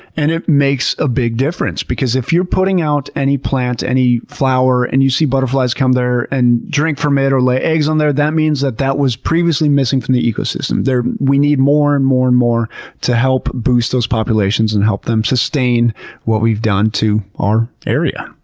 and it makes a big difference because if you're putting out any plant, any flower and you see butterflies come there and drink from it or lay eggs on there, that means that that was previously missing from the ecosystem. we need more, and more, and more to help boost those populations and help them sustain what we've done to our area.